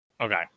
Okay